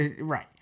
Right